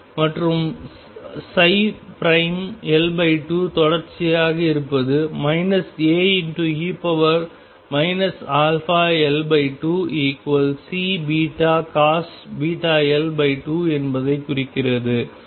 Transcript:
மற்றும் L2 தொடர்ச்சியாக இருப்பது A e αL2C βcos βL2 என்பதைக் குறிக்கிறது